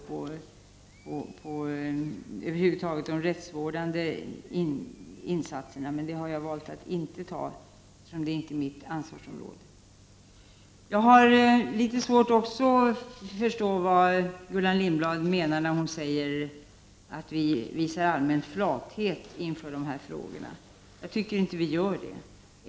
1989/90:29 det, eftersom detta inte ligger inom mitt ansvarsområde. 20 november 1989 Jag har litet svårt att förstå vad Gullan Lindblad menar när hon säger att vi visar allmän flathet inför dessa frågor. Jag tycker inte att vi gör det.